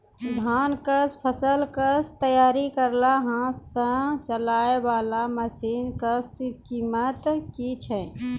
धान कऽ फसल कऽ तैयारी करेला हाथ सऽ चलाय वाला मसीन कऽ कीमत की छै?